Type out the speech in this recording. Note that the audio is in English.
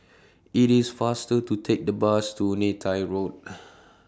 IT IS faster to Take The Bus to Neythai Road